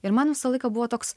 ir man visą laiką buvo toks